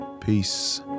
Peace